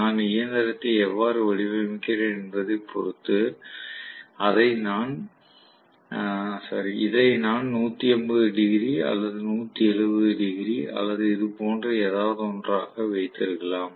நான் இயந்திரத்தை எவ்வாறு வடிவமைக்கிறேன் என்பதைப் பொறுத்து இதை நான் 150 டிகிரி அல்லது 170 டிகிரி அல்லது அது போன்ற ஏதாவது ஒன்றாக வைத்திருக்கலாம்